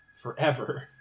forever